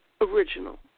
original